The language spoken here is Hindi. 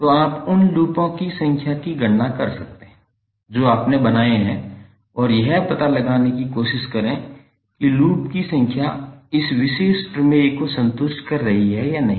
तो आप उन लूपों की संख्या की गणना कर सकते हैं जो आपने बनाए हैं और यह पता लगाने की कोशिश करें कि लूप की संख्या इस विशेष प्रमेय को संतुष्ट कर रही है या नहीं